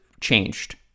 changed